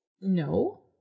No